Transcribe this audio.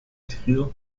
trier